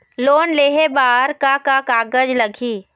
Loan लेहे बर का का कागज लगही?